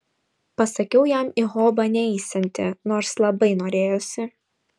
pasakiau jam į hobą neisianti nors labai norėjosi